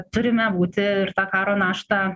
turime būti ir tą karo naštą